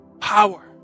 Power